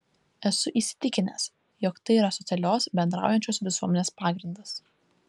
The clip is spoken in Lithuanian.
esu įsitikinęs jog tai yra socialios bendraujančios visuomenės pagrindas